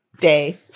day